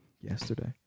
Yesterday